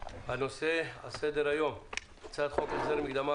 הנושא על סדר היום הוא הצעת חוק החזר מקדמה